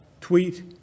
tweet